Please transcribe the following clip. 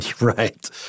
Right